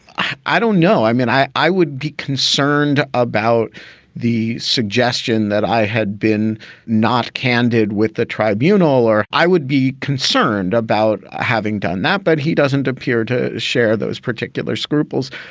i don't know. i mean, i i would be concerned about the suggestion that i had been not candid with the tribunal or i would be concerned about having done that. but he doesn't appear to share those particular scruples.